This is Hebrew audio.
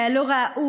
מכאן, מהבמה